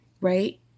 right